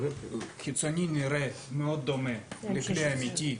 חיצונית הוא נראה מאוד דומה לכלי אמיתי,